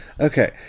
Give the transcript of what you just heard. Okay